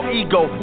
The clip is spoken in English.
ego